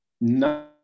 No